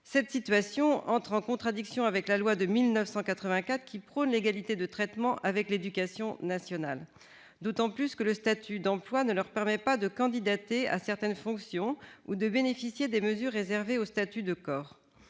Cette situation entre en contradiction avec la loi de 1984, qui prône l'égalité de traitement avec l'éducation nationale, d'autant plus que le statut d'emploi ne leur permet pas de candidater à certaines fonctions ou de bénéficier des mesures réservées au statut de corps.